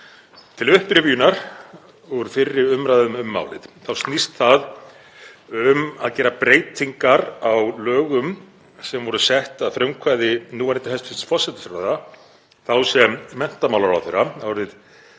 Til upprifjunar, úr fyrri umræðum um málið, þá snýst það um að gera breytingar á lögum sem voru sett að frumkvæði núverandi hæstv. forsætisráðherra, þá menntamálaráðherra, árið